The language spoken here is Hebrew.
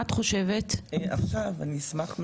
אשמח אם עכשיו.